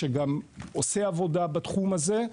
שגם עושה עבודה בתחום הזה.